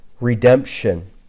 redemption